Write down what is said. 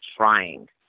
trying